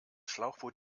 schlauchboot